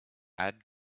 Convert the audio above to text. add